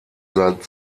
seit